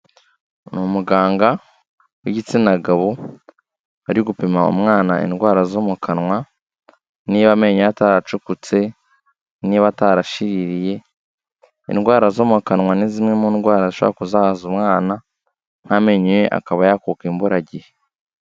Ni umuganga w'igitsina gabo, ari gupima umwana indwara zo mu kanwa, niba amenyo ye ataracukutse, niba atarashiriye, indwara zo mu kanwa ni zimwe mu ndwara zishobora kuzaza umwana, nk'amenyo ye akaba yakuka imburagihe.